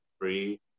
free